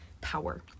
power